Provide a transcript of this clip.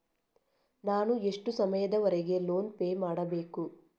ನಾನು ಎಷ್ಟು ಸಮಯದವರೆಗೆ ಲೋನ್ ಪೇ ಮಾಡಬೇಕು?